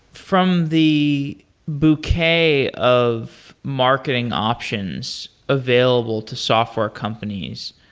from the bouquet of marketing options available to software companies,